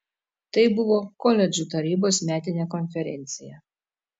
tai buvo koledžų tarybos metinė konferencija